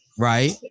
Right